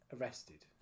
arrested